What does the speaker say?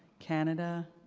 canada,